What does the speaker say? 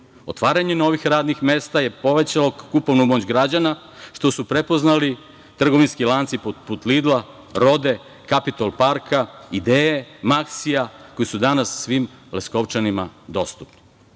Otvaranje novih radnih mesta je povećalo kupovnu moć građana, što su prepoznali trgovinski lanci poput „Lidla“, „Rode“, „Kapitol parka“, „Ideje“, „Maksija“, koji su danas svim Leskovčanima